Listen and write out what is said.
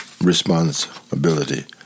Responsibility